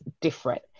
different